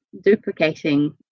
duplicating